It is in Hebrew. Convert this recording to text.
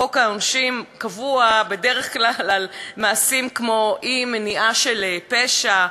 בחוק העונשין הוא קבוע בדרך כלל על מעשים כמו אי-מניעה של פשע,